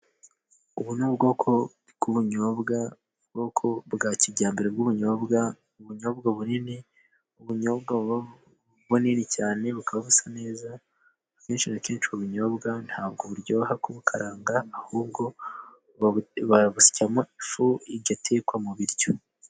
Ubu ni ubwoko bw'ubunyobwa. Ubwoko bwa kijyambere bw'ubunyobwa, ubunyobwa bunini, ubunyobwa buba bunini cyane. Bukaba busa neza, akenshi na kenshi ubu bunyobwa nta bwo buryoha kubukaranga, ahubwo babusyamo ifu igatekwa mu biryo.